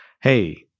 hey